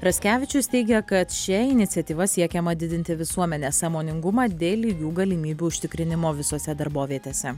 raskevičius teigia kad šia iniciatyva siekiama didinti visuomenės sąmoningumą dėl lygių galimybių užtikrinimo visose darbovietėse